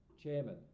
chairman